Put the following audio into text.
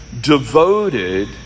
devoted